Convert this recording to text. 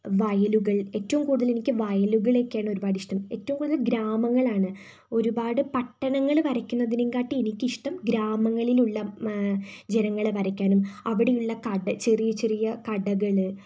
വയലുകൾ ഏറ്റവും കൂടുതൽ എനിക്ക് വയലുകളെയൊക്കെയാണ് ഒരുപാട് ഇഷ്ടം ഏറ്റവും കൂടുതൽ ഗ്രാമങ്ങളാണ് ഒരുപാട് പട്ടണങ്ങൾ വരയ്ക്കുന്നതിനേക്കാട്ടിയും എനിക്കിഷ്ടം ഗ്രാമങ്ങളിലുള്ള ജനങ്ങളെ വരയ്ക്കാനും അവിടെയുള്ള കട ചെറിയ ചെറിയ കടകൾ